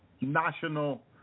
national